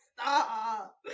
Stop